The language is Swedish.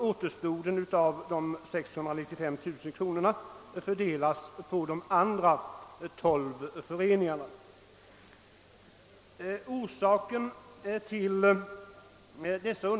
Återstoden av de 695 000 kronorna fördelas på tolv andra föreningar.